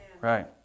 Right